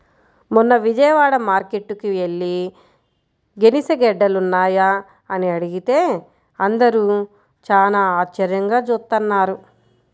మొన్న విజయవాడ మార్కేట్టుకి యెల్లి గెనిసిగెడ్డలున్నాయా అని అడిగితే అందరూ చానా ఆశ్చర్యంగా జూత్తన్నారు